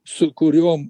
su kuriom